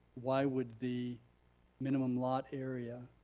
why would the minimum lot area